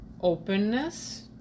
openness